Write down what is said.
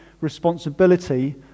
responsibility